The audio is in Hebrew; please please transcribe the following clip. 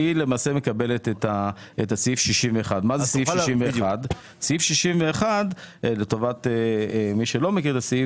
מקבלת את סעיף 61. לטובת מי שלא מכיר את הסעיף